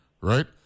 right